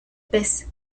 pez